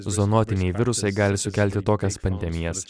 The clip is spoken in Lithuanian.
zonuotiniai virusai gali sukelti tokias pandemijas